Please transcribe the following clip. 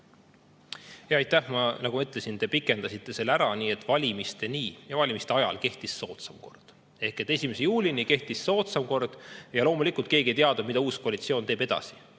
Aitäh! Nagu ma ütlesin, te pikendasite selle ära, nii et valimisteni ja valimiste ajal kehtis soodsam kord. Ehk 1. juulini kehtis soodsam kord ja loomulikult keegi ei teadnud, mida uus koalitsioon edasi